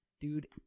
Dude